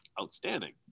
outstanding